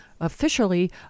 officially